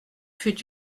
fut